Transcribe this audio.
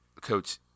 Coach